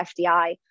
FDI